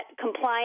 compliance